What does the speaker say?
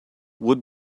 what